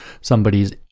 somebody's